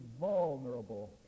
vulnerable